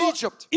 Egypt